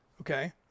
Okay